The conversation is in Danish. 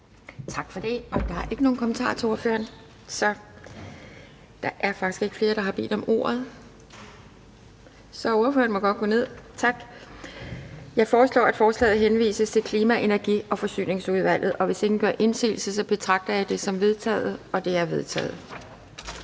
Tak for det. Der er ikke nogen kommentarer til ordføreren, så ordføreren må godt gå ned, tak. Der er faktisk ikke flere, der har bedt om ordet, og forhandlingen er sluttet. Jeg foreslår, at lovforslaget henvises til Klima-, Energi- og Forsyningsudvalget. Hvis ingen gør indsigelse, betragter jeg det som vedtaget. Det er vedtaget.